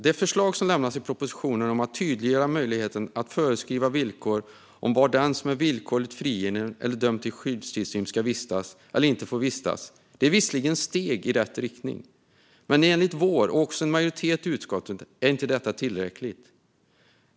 Det förslag som lämnas i propositionen om att tydliggöra möjligheten att föreskriva villkor om var den som är villkorligt frigiven eller dömd till skyddstillsyn får vistas eller inte får vistas är visserligen ett steg i rätt riktning, men enligt vår mening, och en majoritet i utskottet, är detta inte tillräckligt.